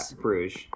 Bruges